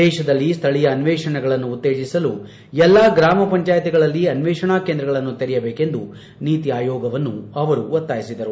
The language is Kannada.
ದೇಶದಲ್ಲಿ ಸ್ಥಳೀಯ ಅನ್ವೇಷಣೆಗಳನ್ನು ಉತ್ತೇಜಿಸಲು ಎಲ್ಲಾ ಗ್ರಾಮ ಪಂಚಾಯಿತಿಗಳಲ್ಲಿ ಅನ್ಲೇಷಣಾ ಕೇಂದ್ರಗಳನ್ನು ತೆರೆಯಬೇಕೆಂದು ನೀತಿ ಆಯೋಗವನ್ನು ಅವರು ಒತ್ತಾಯಿಸಿದರು